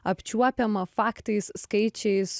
apčiuopiama faktais skaičiais